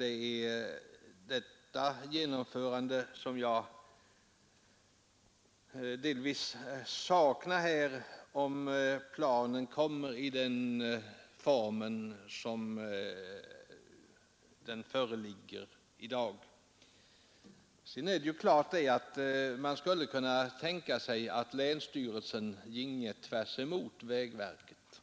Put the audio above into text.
Det är genomförandet av det beslutet som jag delvis saknar, om planen fastställs i den form som den har i dag. Det är klart att man kan tänka sig att länsstyrelsen ginge tvärs emot vägverket.